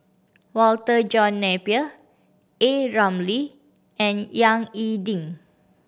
Walter John Napier A Ramli and Yang E Ding